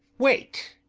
wait!